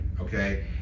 okay